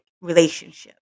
relationship